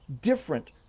different